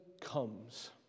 comes